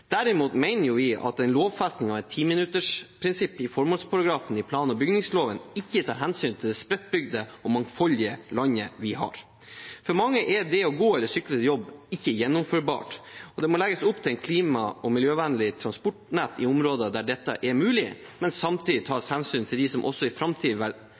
Derimot mener vi at en lovfesting av et timinuttersprinsipp i formålsparagrafen i plan- og bygningsloven ikke tar hensyn til det spredtbygde og mangfoldige landet vi har. For mange er det å gå eller sykle til jobb ikke gjennomførbart, og det må legges opp til et klima- og miljøvennlig transportnett i områder der dette er mulig, men samtidig tas hensyn til dem som også i